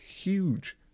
huge